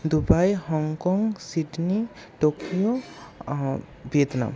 Dubai Hong Kong Sydney Tokyo Vietnam